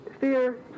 Fear